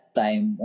time